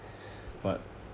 but